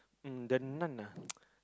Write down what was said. um the nun ah